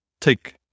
take